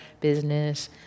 business